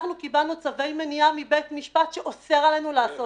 קיבלנו צווי מניעה מבית משפט שאוסר עלינו לעשות את זה.